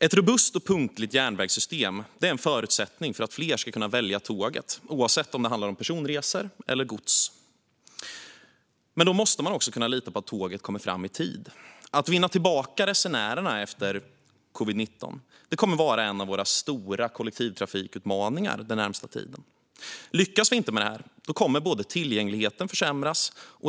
Ett robust och punktligt järnvägssystem är en förutsättning för att fler ska välja tåget oavsett om det handlar om personresor eller gods. Men då måste man kunna lita på att tåget kommer fram i tid. Att vinna tillbaka resenärerna efter covid-19 kommer att vara en av våra stora kollektivtrafikutmaningar den närmaste tiden. Lyckas vi inte med det kommer tillgängligheten att försämras.